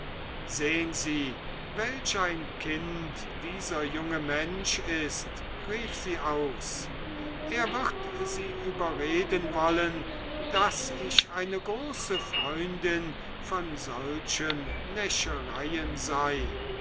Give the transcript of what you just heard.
sehn sie welch ein kind dieser junge mensch ist rief sie aus er wird sie überreden wollen daß ich eine große freundin von solchen näschereien sei